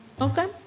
Okay